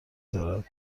دارد